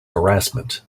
harassment